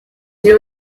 you